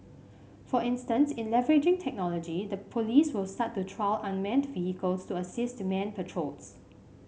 for instance in leveraging technology the police will start to trial unmanned vehicles to assist manned patrols